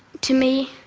to me,